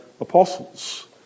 apostles